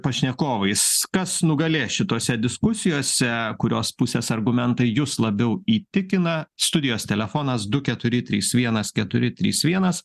pašnekovais kas nugalės šitose diskusijose kurios pusės argumentai jus labiau įtikina studijos telefonas du keturi trys vienas keturi trys vienas